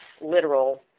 literal